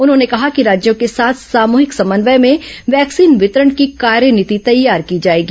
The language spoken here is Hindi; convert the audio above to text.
उन्होंने कहा कि राज्यों के साथ सामूहिक समन्वय में वैक्सीन वितरण की कार्यनीति तैयार की जाएगी